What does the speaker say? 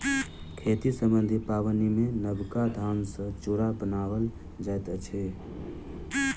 खेती सम्बन्धी पाबनिमे नबका धान सॅ चूड़ा बनाओल जाइत अछि